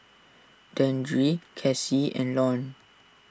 Dandre Casey and Lorne